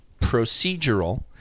procedural